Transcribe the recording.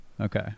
Okay